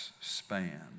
span